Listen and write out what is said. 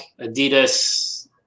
Adidas